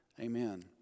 Amen